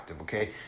okay